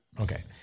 Okay